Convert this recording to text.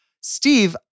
Steve